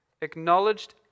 acknowledged